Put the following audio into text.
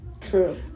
true